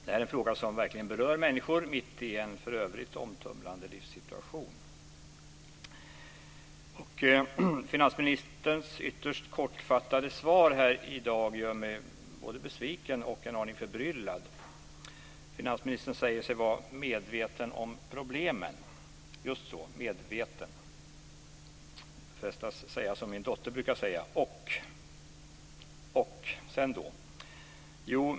Det är en fråga som verkligen berör människor mitt i en för övrigt omtumlande livssituation. Finansministerns ytterst kortfattade svar gör mig både besviken och en aning förbryllad. Finansministern säger sig vara medveten om problemen. Jag frestas att säga som min dotter brukar säga: Och? Och sedan, då?